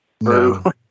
no